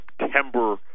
september